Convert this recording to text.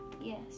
Yes